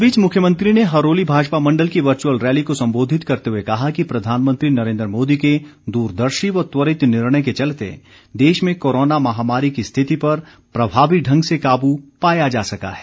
इस बीच मुख्यमंत्री ने हरोली भाजपा मंडल की वर्चुअल रैली को संबोधित करते हुए कहा कि प्रधानमंत्री नरेन्द्र मोदी के दूरदर्शी व त्वरित निर्णय के चलते देश में कोरोना महामारी की स्थिति पर प्रभावी ढंग से काबू पाया जा सका है